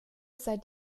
seit